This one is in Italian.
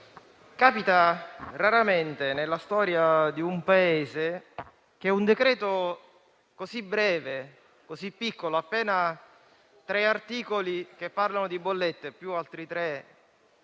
capita raramente, nella storia di un Paese, che un decreto-legge così breve e così piccolo (appena tre articoli che parlano di bollette, più altri tre